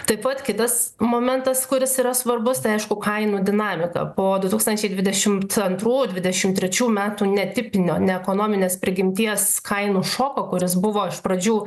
taip pat kitas momentas kuris yra svarbus tai aišku kainų dinamika po du tūkstančiai dvidešimt antrų dvidešimt trečių metų netipinio ne ekonominės prigimties kainų šoko kuris buvo iš pradžių